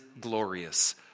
glorious